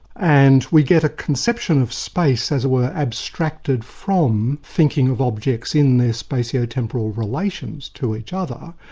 and we get a conception of space as it were, abstracted from thinking of objects in their spatio-temporal relations to each other.